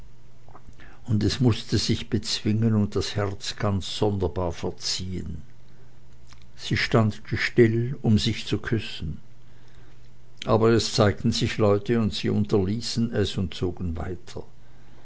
und er mußte sich bezwingen und das gesicht ganz sonderbar verziehen sie standen still um sich zu küssen aber es zeigten sich leute und sie unterließen es und zogen weiter